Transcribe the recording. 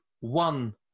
one